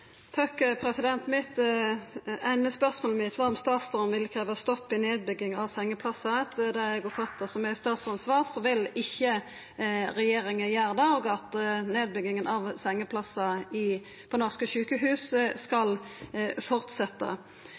spørsmålet mitt var om statsråden ville krevja stopp i nedbygginga av sengeplassar. Etter det eg oppfatta som svaret frå statsråden, vil ikkje regjeringa gjera det, og nedbygginga av sengeplassar på norske sjukehus skal